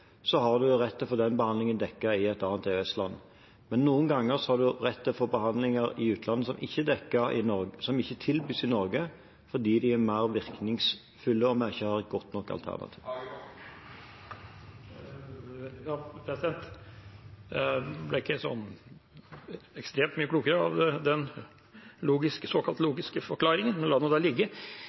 har man rett til å få den behandlingen dekket i et annet EØS-land. Men noen ganger har man rett til å få behandlinger i utlandet som ikke tilbys i Norge, fordi de er mer virkningsfulle og vi ikke har et godt nok alternativ. Jeg ble ikke ekstremt mye klokere av den såkalt logiske forklaringen, men la nå det ligge.